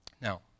Now